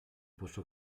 posso